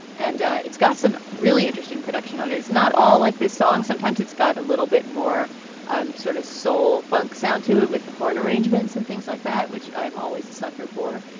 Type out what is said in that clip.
and it's got some really interesting production on it. it's not all like this song. sometimes it's got a little bit more um sort of soul funk sound to it with horn arrangements and things like that, which i'm always a sucker for.